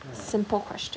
hmm